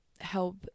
help